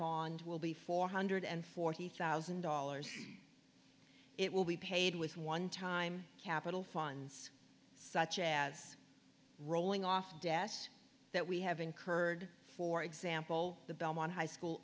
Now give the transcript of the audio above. bond will be four hundred and forty thousand dollars it will be paid with one time capital funds such as rolling off desk that we have incurred for example the belmont high school